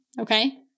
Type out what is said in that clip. Okay